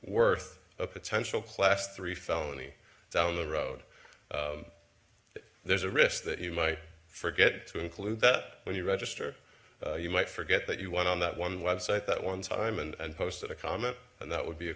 worth a potential class three felony down the road there's a risk that you might forget to include that when you register you might forget that you went on that one website that one time and posted a comment and that would be a